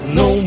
no